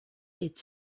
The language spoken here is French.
est